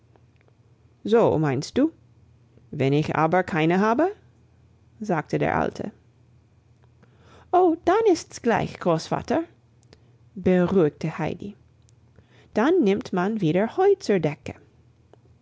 so meinst du wenn ich aber keine habe sagte der alte oh dann ist's gleich großvater beruhigte heidi dann nimmt man wieder heu zur decke